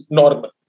normal